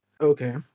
Okay